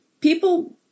People